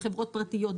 בחברות פרטיות,